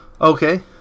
Okay